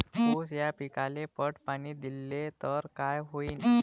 ऊस या पिकाले पट पाणी देल्ल तर काय होईन?